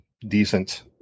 decent